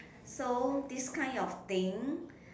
so this kind of thing